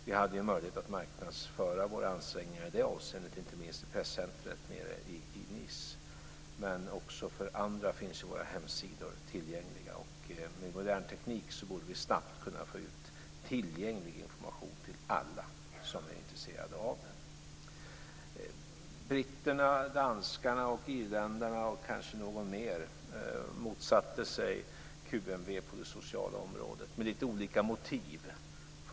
Vi hade ju möjlighet att marknadsföra våra ansträngningar i det avseendet, inte minst i presscentrumet i Nice. Men också för andra finns ju våra hemsidor tillgängliga. Med modern teknik borde vi snabbt kunna få ut tillgänglig information till alla som är intresserade. Britterna, danskarna, irländarna och kanske någon mer motsatte sig QMV på det sociala området, med litet olika motiv.